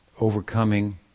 overcoming